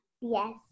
Yes